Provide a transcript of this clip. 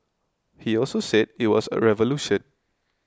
he also said it was a revolution